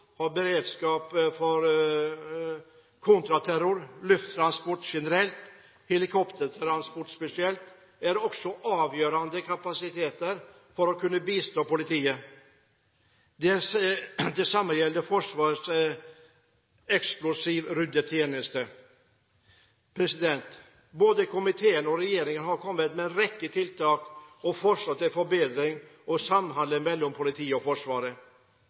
beredskap for kontraterror. Lufttransport generelt og helikoptertransport spesielt er også avgjørende kapasiteter for å kunne bistå politiet. Det samme gjelder Forsvarets eksplosivryddetjeneste. Både komiteen og regjeringen har kommet med en rekke tiltak og forslag til forbedringer av samhandlingen mellom politiet og Forsvaret.